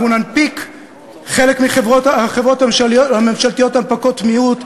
אנחנו ננפיק חלק מהחברות הממשלתיות הנפקות מיעוט.